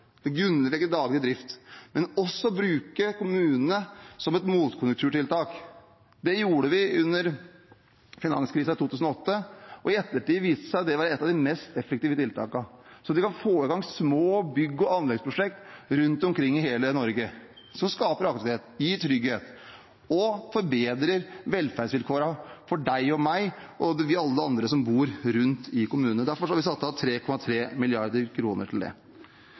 daglig drift. Men vi må også bruke kommunene som et motkonjunkturtiltak. Det gjorde vi under finanskrisen i 2008, og i ettertid viste det seg at det var et av de mest effektive tiltakene – det å få i gang små bygge- og anleggsprosjekter rundt omkring i hele Norge, som skaper aktivitet, gir trygghet og forbedrer velferdsvilkårene for deg og meg og alle andre som bor rundt i kommunene. Derfor har vi satt av 3,3 mrd. kr til det.